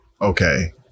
Okay